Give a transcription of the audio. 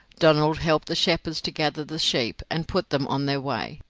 donald helped the shepherds to gather the sheep, and put them on the way,